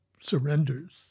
surrenders